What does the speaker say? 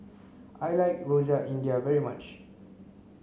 I like rojak india very much